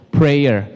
prayer